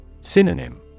Synonym